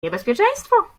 niebezpieczeństwo